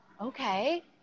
Okay